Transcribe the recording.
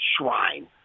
shrine